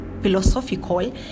philosophical